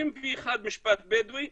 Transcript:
61% משפט בדואי,